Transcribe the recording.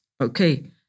Okay